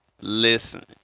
Listen